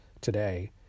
today